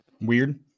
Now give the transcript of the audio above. Weird